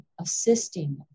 assisting